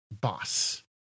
boss